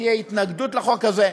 שתהיה התנגדות לחוק הזה.